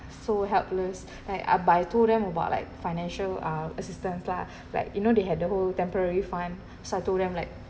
so helpless eh ah but I told them about like financial uh assistance lah like you know they had the whole temporary fund so I told them like